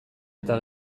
eta